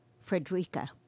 Frederica